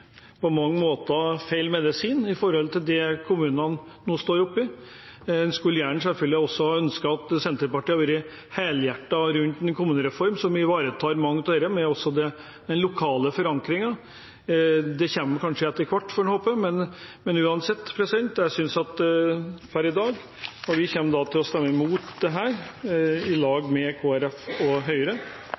på mange måter blir feil medisin i forhold til det kommunene nå står oppe i. Man skulle selvfølgelig også ønske at Senterpartiet hadde vært helhjertet med hensyn til en kommunereform som ivaretar mye av dette – også den lokale forankringen. Det kommer kanskje etter hvert, får man håpe. Men uansett kommer vi i dag til å stemme imot dette sammen med Kristelig Folkeparti og Høyre.